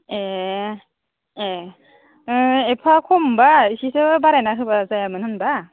ए ए एफ्फा खमबा एसेथो बारायना होबा जायामोन होनबा